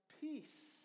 peace